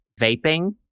vaping